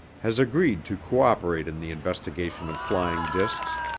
has agreed to cooperate in the investigation of flying discs.